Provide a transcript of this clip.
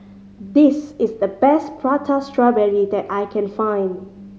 this is the best Prata Strawberry that I can find